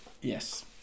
Yes